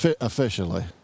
officially